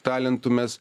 talentų mes